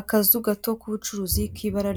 Akazu gato k'ubucuruzi k'ibara